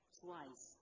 twice